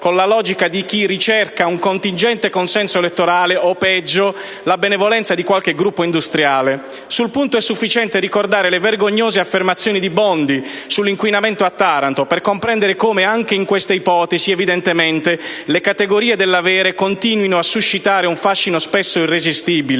con la logica di chi ricerca un contingente consenso elettorale o, peggio, la benevolenza di qualche gruppo industriale. Sul punto è sufficiente ricordare le vergognose affermazioni di Bondi sull'inquinamento a Taranto per comprendere come, anche in questa ipotesi evidentemente, le categorie dell'avere continuino a suscitare un fascino spesso irresistibile,